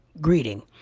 greeting